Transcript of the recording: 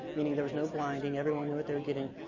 meaning there was no blinding, everyone knew what they were getting.